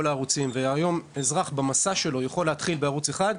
הערוצים והיום אזרח יכול להתחיל במסע שלו בערוץ אחד,